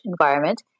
environment